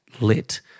lit